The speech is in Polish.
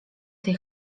tej